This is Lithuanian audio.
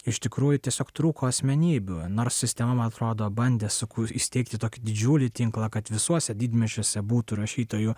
iš tikrųjų tiesiog trūko asmenybių nors sistema man atrodo bandė sukur įsteigti tokį didžiulį tinklą kad visuose didmiesčiuose būtų rašytojų